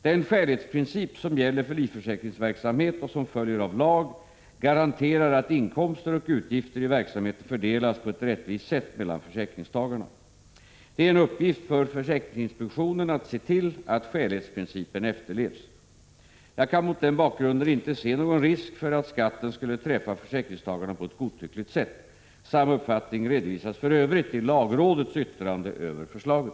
Den skälighetsprincip som gäller för livförsäkringsverksamhet och som följer av lag garanterar att inkomster och utgifter i verksamheten fördelas på ett rättvist sätt mellan försäkringstagarna. Det är en uppgift för försäkringsinspektionen att se till att skälighetsprincipen efterlevs. Jag kan mot den bakgrunden inte se någon risk för att skatten skulle träffa försäkringstagarna på ett godtyckligt sätt. Samma uppfattning redovisas för övrigt i lagrådets yttrande över förslaget.